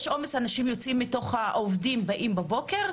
עובדים באים בבוקר,